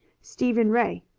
stephen ray,